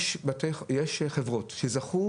יש חברות שזכו